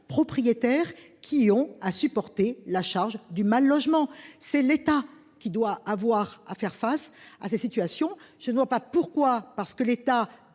propriétaires qui ont à supporter la charge du mal-logement. C'est l'État qui doit avoir à faire face à ces situations. Je ne vois pas pourquoi parce que l'État